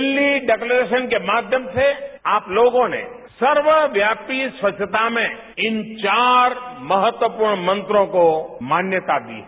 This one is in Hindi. दिल्ली डेक्लरेशन के माध्यम से आप लोगों ने सर्वव्यापी स्वच्छता में इन चार महत्वपूर्ण मंत्रों को मान्यता दी है